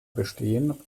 bestehen